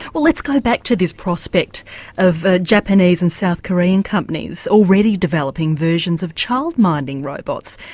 well let's go back to this prospect of ah japanese and south korean companies already developing versions of child minding robots.